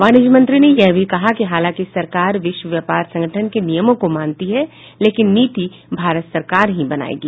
वाणिज्य मंत्री ने यह भी कहा कि हालांकि सरकार विश्व व्यापार संगठन के नियमों को मानती है लेकिन नीति भारत सरकार ही बनाएगी